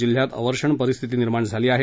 जिल्ह्यात अवर्षण परिस्थिती निर्माण झाली आहे